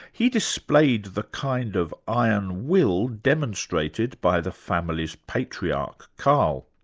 he displayed the kind of iron will demonstrated by the family's patriarch, karl.